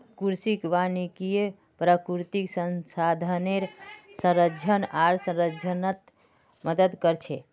कृषि वानिकी प्राकृतिक संसाधनेर संरक्षण आर संरक्षणत मदद कर छे